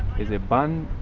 is it ban.